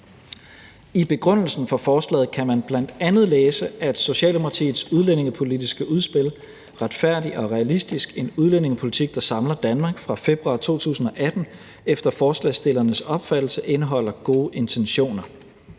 I begrundelsen for forslaget kan man bl.a. læse, at Socialdemokratiets udlændingepolitiske udspil »Retfærdig og realistisk – en udlændingepolitik, der samler Danmark« fra februar 2018 efter forslagsstillernes opfattelse indeholder gode intentioner,